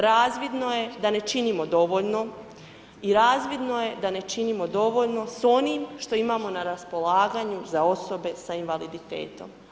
Razvidno je da ne činimo dovoljno i razvidno je da ne činimo dovoljno s onim što imamo na raspolaganju za osobe sa invaliditetom.